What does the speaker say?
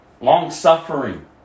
long-suffering